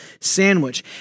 sandwich